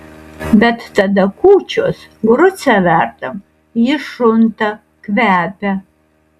bet tada kūčios grucę verdam ji šunta kvepia